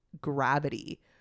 gravity